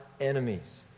enemies